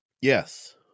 Yes